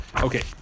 Okay